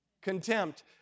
Contempt